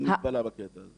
אין מגבלה בקטע הזה.